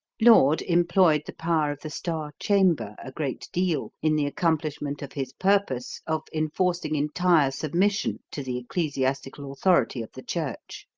laud employed the power of the star chamber a great deal in the accomplishment of his purpose of enforcing entire submission to the ecclesiastical authority of the church.